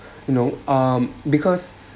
you know um because